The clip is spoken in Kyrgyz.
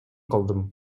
калдым